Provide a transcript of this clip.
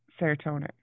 serotonin